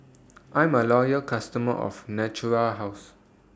I'm A Loyal customer of Natura House